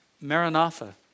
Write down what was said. Maranatha